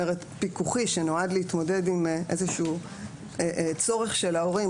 שנועד להתמודד עם צורך של ההורים,